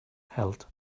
held